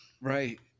right